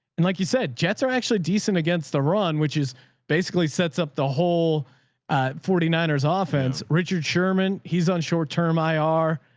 and like you said, jets are actually decent against the run, which is basically sets up the whole forty niners on offense, richard sherman. he's on short term. i r